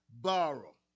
borrow